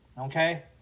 okay